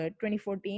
2014